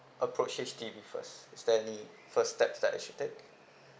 approach H_D_B first tell me first steps that I should take